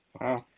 Wow